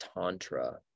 Tantra